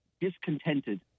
discontented